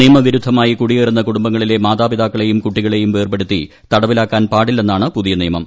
നിയമവിരുദ്ധമായി കുടിയേറുന്ന കുടുംബങ്ങളിലെ മാതാപിതാക്കളെയും കുട്ടികളെയും വേർപെടുത്തി തടവിലാക്കാൻ പാടില്ലെന്നതാണ് പുതിയ നിയമം